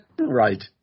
Right